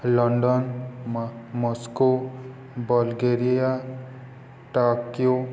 London Moscow Bulgaria Tokyo